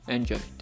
Enjoy